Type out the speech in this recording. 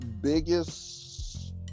Biggest